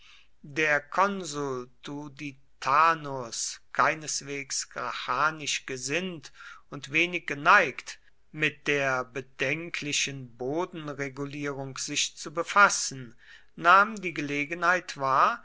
der konsul tuditanus keineswegs gracchanisch gesinnt und wenig geneigt mit der bedenklichen bodenregulierung sich zu befassen nahm die gelegenheit wahr